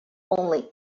only